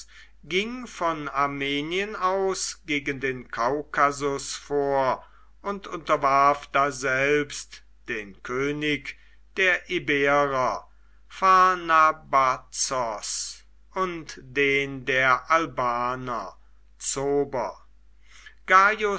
ging von armenien aus gegen den kaukasus vor und unterwarf daselbst den könig der iberer pharnabazos und den der albaner